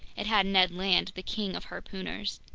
it had ned land, the king of harpooners.